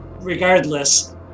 Regardless